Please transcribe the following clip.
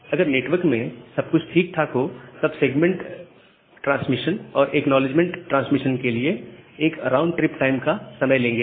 अगर नेटवर्क में सब कुछ ठीक ठाक हो तब सेगमेंट ट्रांसमिशन और एक्नॉलेजमेंट ट्रांसमिशन एक राउंड ट्रिप टाइम का समय लेंगे